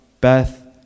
Beth